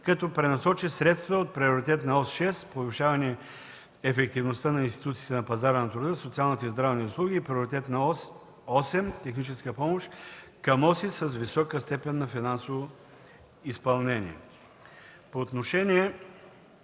като пренасочи средства от Приоритетна ос № 6 „Повишаване ефективността на институциите на пазара на труда, социалните и здравни услуги” и Приоритетна ос № 8 „Техническа помощ” към оси с висока степен на финансово изпълнение. По отношение